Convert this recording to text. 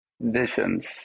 Visions